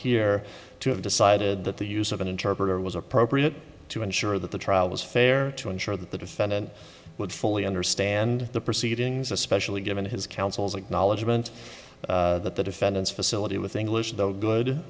to have decided that the use of an interpreter was appropriate to ensure that the trial was fair to ensure that the defendant would fully understand the proceedings especially given his counsel's acknowledgement that the defendant's facility with english though good